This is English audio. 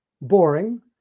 boring